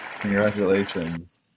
congratulations